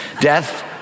Death